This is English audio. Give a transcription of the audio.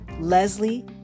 Leslie